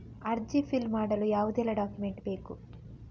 ಅರ್ಜಿ ಫಿಲ್ ಮಾಡಲು ಯಾವುದೆಲ್ಲ ಡಾಕ್ಯುಮೆಂಟ್ ಬೇಕು?